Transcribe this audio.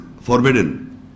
forbidden